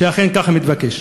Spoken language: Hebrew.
שאכן ככה מתבקש.